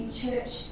church